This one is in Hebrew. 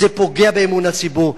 זה פוגע באמון הציבור.